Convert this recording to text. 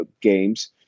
games